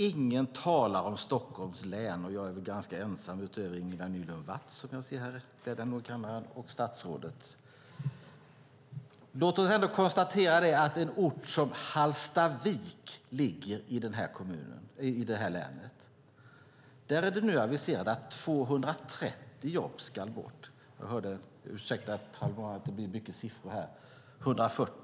Ingen talar om Stockholms län, och jag är väl ganska ensam därifrån utöver Ingela Nylund Watz, som jag ser här i kammaren, och statsrådet. Låt oss konstatera att en ort som Hallstavik ligger i det här länet. Där är det nu aviserat att 230 jobb ska bort. Ursäkta att blir mycket siffror här, herr talman.